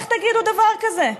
איך תגידו דבר כזה,